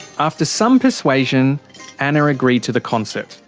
after some persuasion anna agreed to the concert.